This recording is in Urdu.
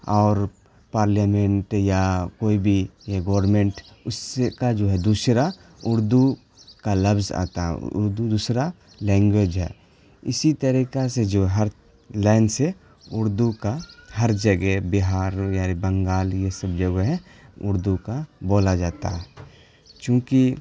اور پارلیمنٹ یا کوئی بھی یہ گورمنٹ اس سے کا جو ہے دوسرا اردو کا لفظ آتا ہے اردو دوسرا لینگویج ہے اسی طریقہ سے جو ہے ہر لائن سے اردو کا ہر جگہ بہار یار بنگال یہ سب جگہ ہیں اردو کا بولا جاتا ہے چونکہ